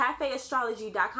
cafeastrology.com